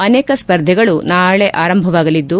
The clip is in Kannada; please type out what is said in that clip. ಅನೇಕ ಸ್ಪರ್ಧೆಗಳು ನಾಳೆ ಆರಂಭವಾಗಲಿದ್ದು